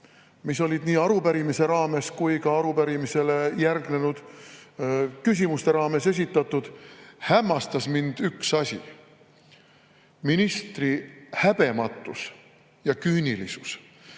mis esitati nii arupärimise raames kui ka arupärimisele järgnenud küsimuste raames, hämmastas mind üks asi: ministri häbematus ja küünilisus.